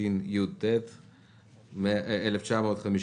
(מינויים), התשי"ט-1959.